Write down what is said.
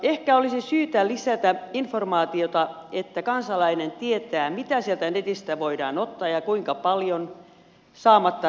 ehkä olisi syytä lisätä informaatiota että kansalainen tietää mitä sieltä netistä voidaan ottaa ja kuinka paljon saamatta rangaistusta